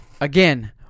Again